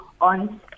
on